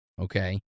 okay